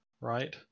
right